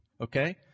Okay